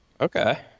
Okay